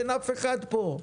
אין אף אחד פה.